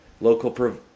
Local